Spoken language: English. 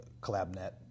CollabNet